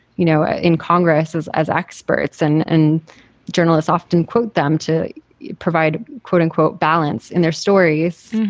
you know, ah in. congress is, as experts and and journalists often quote them, to provide, quote unquote, balance in their stories.